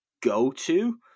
go-to